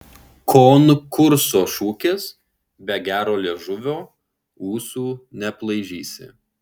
konkurso šūkis be gero liežuvio ūsų neaplaižysi